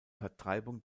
vertreibung